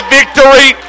victory